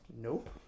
nope